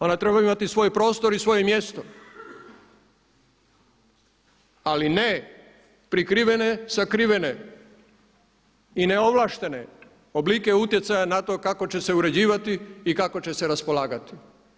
Ona treba imati svoj prostor i svoje mjesto ali ne prikrivene, sakrivene i neovlaštene oblike utjecaja kako će se uređivati i kako će se raspolagati.